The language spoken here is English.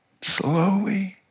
Slowly